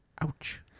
Ouch